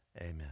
Amen